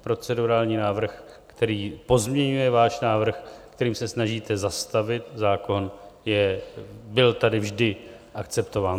Procedurální návrh, který pozměňuje váš návrh, kterým se snažíte zastavit zákon, byl tady vždy akceptován.